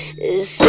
is